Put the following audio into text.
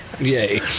Yay